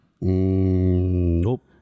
Nope